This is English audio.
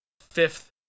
fifth